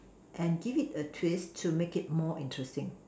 and give it a twist to make it more interesting